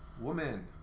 Woman